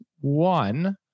One